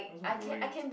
all so boring